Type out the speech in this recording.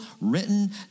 written